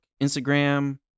Instagram